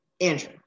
Andrew